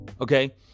Okay